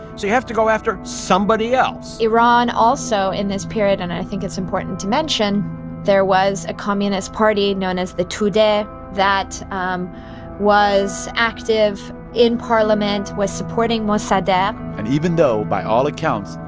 so you have to go after somebody else iran, also in this period and i think it's important to mention there was a communist party known as the tudeh that um was active in parliament, was supporting mossadegh and even though, by all accounts,